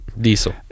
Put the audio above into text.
Diesel